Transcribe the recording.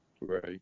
Right